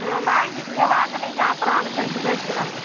வாங்க இங்கே வாங்க நீங்கள் அப்புறம் அனுசரித்து பேசிக்கலாங்க